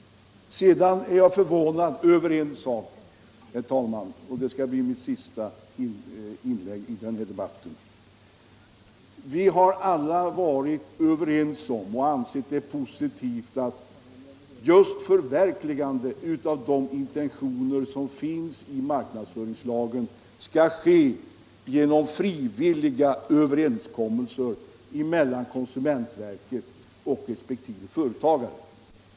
Vidare är jag förvånad över en sak, herr talman, och det skall bli mitt sista inlägg i denna debatt. Vi har alla ansett det vara positivt att just förverkligandet av de intentioner som finns i marknadsföringslagen skall ske genom frivilliga överenskommelser mellan konsumentverket och respektive företagare.